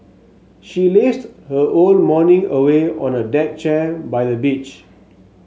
she lazed her whole morning away on a deck chair by the beach